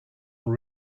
will